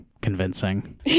convincing